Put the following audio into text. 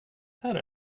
här